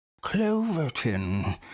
Cloverton